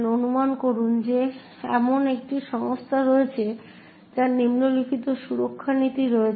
অনুমান করুন যে এমন একটি সংস্থা রয়েছে যার নিম্নলিখিত সুরক্ষা নীতি রয়েছে